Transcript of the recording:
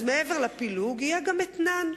אז מעבר לפילוג יהיה גם אתנן.